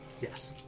Yes